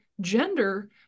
gender